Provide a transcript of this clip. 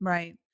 Right